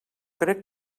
crec